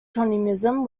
communism